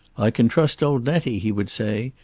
i can trust old nettie, he would say.